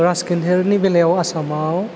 राजखान्थिनि बेलायाव आसामाव